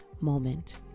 moment